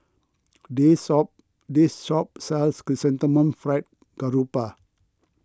this sold this shop sells Chrysanthemum Fried Garoupa